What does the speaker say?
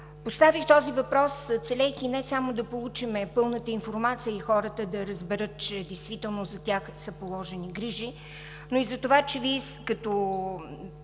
Поставих този въпрос, целейки не само да получим пълната информация и хората да разберат, че действително за тях са положени грижи, но и затова, че Вие като